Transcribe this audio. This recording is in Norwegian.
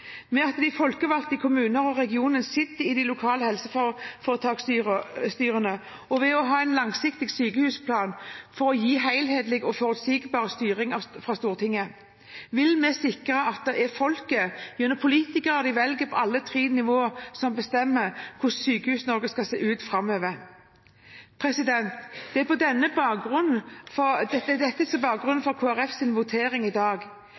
Ved at de folkevalgte i kommunene og regionene sitter i de lokale helseforetaksstyrene, og ved å ha en langsiktig sykehusplan for å gi en helhetlig og forutsigbar styring fra Stortinget vil vi sikre at det er folket – gjennom politikerne de velger på alle tre nivåer – som bestemmer hvordan Sykehus-Norge skal se ut framover. Dette er bakgrunnen for Kristelig Folkepartis votering i dag.